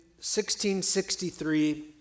1663